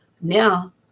now